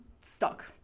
stuck